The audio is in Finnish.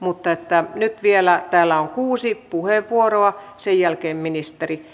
mutta nyt vielä täällä on kuusi puheenvuoroa sen jälkeen ministeri